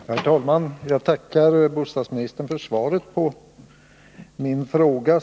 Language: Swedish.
Herr talman! Jag tackar bostadsministern för svaret på min fråga.